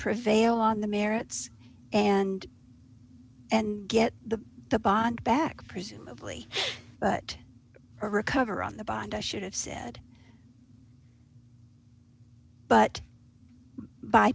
prevail on the merits and and get the the bond back presumably but recover on the bond i should have said but by